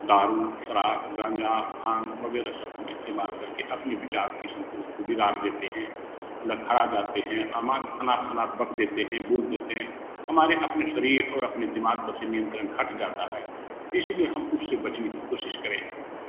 दारू शराब गाँजा भांग वगैरह सब इस्तेमाल करके अपने बिचार की संतुलन को बिगाड़ देते हैं लड़खड़ा जाते हैं अनाप शनाप बक देते हैं बोल देते हैं हमारे अपने शरीर और अपने दिमाग पर से नियंत्रण हट जाता है इसलिए हम उससे बचने के कोशिश करें